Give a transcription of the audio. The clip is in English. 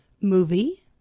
movie